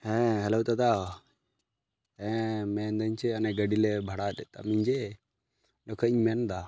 ᱦᱮᱸ ᱦᱮᱞᱳ ᱫᱟᱫᱟ ᱢᱮᱱᱫᱟᱹᱧ ᱪᱮᱫ ᱜᱟᱹᱰᱤᱞᱮ ᱵᱷᱟᱲᱟ ᱞᱮᱫᱛᱟᱢ ᱡᱮ ᱚᱸᱰᱮ ᱠᱷᱚᱡᱤᱧ ᱢᱮᱱ ᱮᱫᱟ